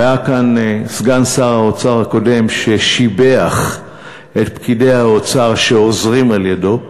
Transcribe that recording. והיה כאן סגן שר האוצר הקודם ששיבח את פקידי האוצר שעוזרים על-ידו,